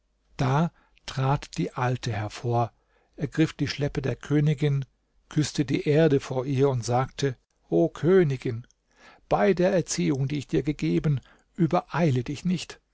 da trat die alte hervor ergriff die schleppe der königin küßte die erde vor ihr und sagte o königin bei der erziehung die ich dir gegeben übereile dich nicht